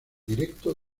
directo